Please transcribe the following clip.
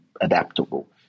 adaptable